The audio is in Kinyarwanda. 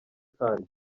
karyo